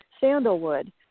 sandalwood